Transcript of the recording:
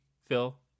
Phil